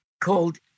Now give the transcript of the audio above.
called